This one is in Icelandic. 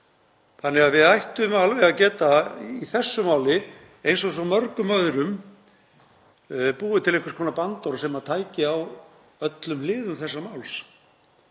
eitt mál. Við ættum því alveg að geta, í þessu máli eins og mörgum öðrum, búið til einhvers konar bandorm sem tæki á öllum hliðum þessa máls.